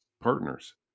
partners